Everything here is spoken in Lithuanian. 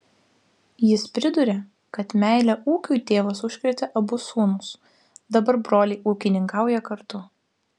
jis priduria kad meile ūkiui tėvas užkrėtė abu sūnus dabar broliai ūkininkauja kartu